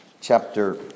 chapter